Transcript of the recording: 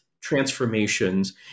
transformations